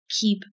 Keep